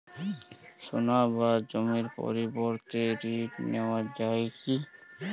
সোনা বা জমির পরিবর্তে ঋণ নেওয়া যায় কী?